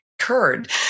occurred